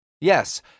Yes